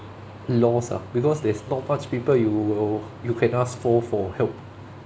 lost ah because there's not much people you will you can ask for for help